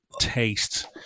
Taste